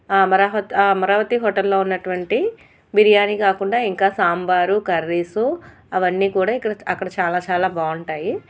ఆ అమరావతి ఆ అమరావతి హోటల్లో ఉన్నటువంటి బిర్యాని కాకుండా ఇంకా సాంబారు కర్రీసు అవన్నీ కూడా ఇక్కడ అక్కడ చాలా చాలా బాగుంటాయి